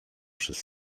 przez